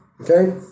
Okay